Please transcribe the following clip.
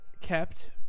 kept